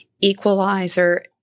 Equalizer